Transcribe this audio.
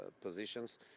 positions